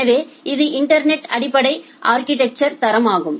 எனவே இது இன்டர்நெட்இன் அடிப்படை அா்கிடெக்சா் தரம் ஆகும்